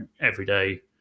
everyday